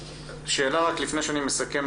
שאלה למיכל, לפני שאני מסכם.